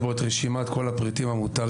יש בו את רשימת כל הפריטים המותרים,